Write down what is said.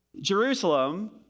Jerusalem